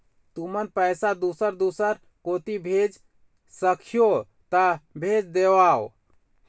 तुमन पैसा दूसर दूसर कोती भेज सखीहो ता भेज देवव?